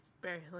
Barely